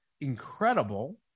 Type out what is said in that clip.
incredible